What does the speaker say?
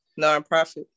nonprofit